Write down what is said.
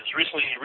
recently